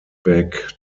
back